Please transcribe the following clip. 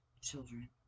children